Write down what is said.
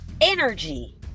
energy